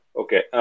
okay